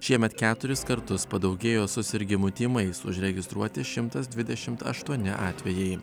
šiemet keturis kartus padaugėjo susirgimų tymais užregistruoti šimtas dvidešim aštuoni atvejai